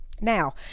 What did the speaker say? now